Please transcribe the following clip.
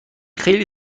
خیلی